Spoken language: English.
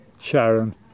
Sharon